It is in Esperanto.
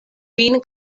vin